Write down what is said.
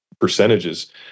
percentages